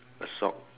a sock